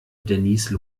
denise